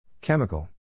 chemical